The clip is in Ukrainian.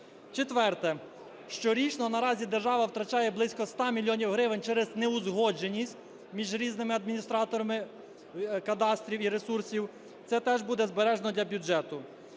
Четверте. Щорічно наразі держава втрачає близько 100 мільйонів гривень через неузгодженість між різними адміністраторами кадастрів і ресурсів. Це теж буде збережено для бюджету.